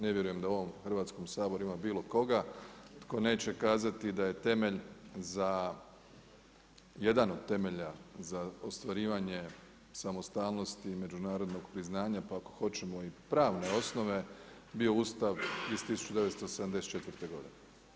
Ne vjerujem da u ovom Hrvatskom saboru ima bilo koga tko neće kazati da je temelj za, jedan od temelja za ostvarivanje samostalnosti i međunarodnog priznanja pa ako hoćemo i pravne osnove bio Ustav iz 1974. godine.